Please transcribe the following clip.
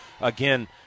again